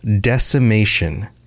decimation